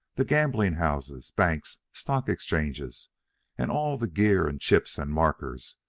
the gambling-houses, banks, stock-exchanges, and all the gear and chips and markers,